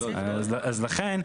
לכן,